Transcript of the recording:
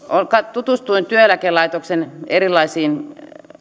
tutustuin työeläkelaitoksen erilaisiin